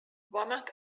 womack